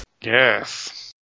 Yes